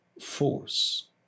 force